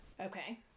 Okay